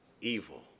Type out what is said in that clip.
evil